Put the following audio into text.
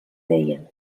dejjem